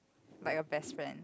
like a best friend